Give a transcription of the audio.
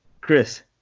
Chris